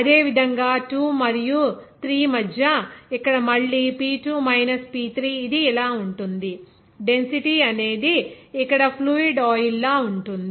అదేవిధంగా 2 మరియు 3 మధ్య ఇక్కడ మళ్ళీ P 2 మైనస్ P 3 ఇది ఇలా ఉంటుంది డెన్సిటీ అనేది ఇక్కడ ఫ్లూయిడ్ ఆయిల్ లా ఉంటుంది